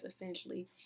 essentially